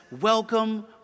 welcome